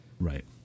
right